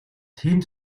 тийм